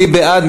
מי בעד?